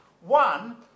One